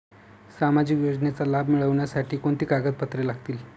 सामाजिक योजनेचा लाभ मिळण्यासाठी कोणती कागदपत्रे लागतील?